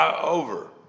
over